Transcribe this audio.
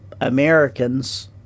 Americans